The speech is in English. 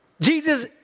Jesus